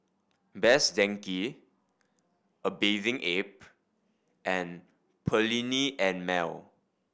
Best Denki A Bathing Ape and Perllini and Mel